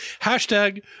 hashtag